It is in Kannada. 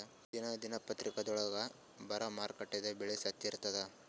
ದಿನಾ ದಿನಪತ್ರಿಕಾದೊಳಾಗ ಬರಾ ಮಾರುಕಟ್ಟೆದು ಬೆಲೆ ಸತ್ಯ ಇರ್ತಾದಾ?